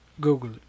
Google